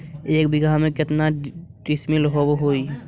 एक बीघा में केतना डिसिमिल होव हइ?